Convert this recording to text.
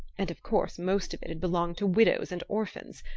and of course most of it had belonged to widows and orphans.